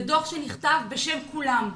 זה דוח שנכתב בשם כולם.